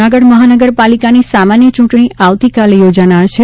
જૂનાગઢ મહાનગરપાલિકાની સામાન્ય ચૂંટણી આવતીકાલે યોજાનાર છે